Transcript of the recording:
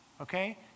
okay